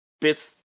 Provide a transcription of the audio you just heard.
bits